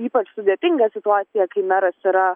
ypač sudėtinga situacija kai meras yra